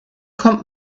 kommt